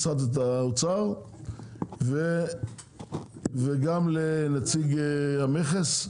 משרד האוצר וגם לנציג המכס,